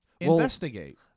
Investigate